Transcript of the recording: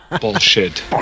Bullshit